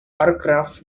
argraff